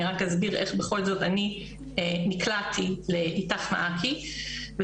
אני רק אסביר איך בכל זאת אני נקלעתי לאית"ך-מעכי וזה